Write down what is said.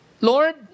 Lord